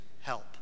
help